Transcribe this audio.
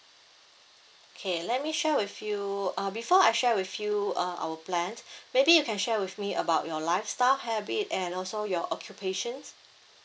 okay let me share with you uh before I share with you uh our plan maybe you can share with me about your lifestyle habit and also your occupation